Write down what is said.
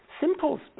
Simple